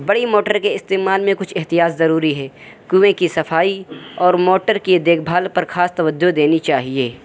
بڑی موٹر کے استعمال میں کچھ احتیاط ضروری ہے کنویں کی صفائی اور موٹر کی دیکھ بھال پر خاص توجہ دینی چاہیے